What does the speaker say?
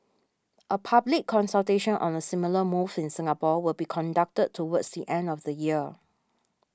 a public consultation on a similar move in Singapore will be conducted towards the end of the year